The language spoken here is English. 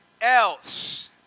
else